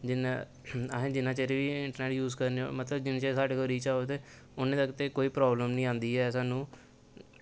जिन्ना असें जिन्ना चिर बी इंटरनैट्ट यूज करने हो मतलब जिन्ना चिर साढ़े कोल रीचार्ज होऐ ते उन्ने तक ते कोई प्राब्लम निं औंदी ऐ सानूं